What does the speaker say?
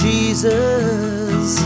Jesus